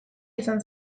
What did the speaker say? izan